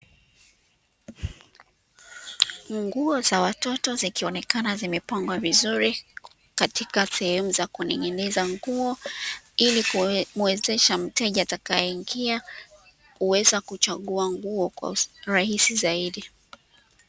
Nguo za watoto zikionekana zimepangwa vizuri katika sehemu za kuning'iniza nguo, ili kumuwezesha mteja atakayeingia, kuweza kuchagua nguo kwa urahisi zaidi.